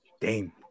Dame